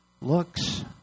looks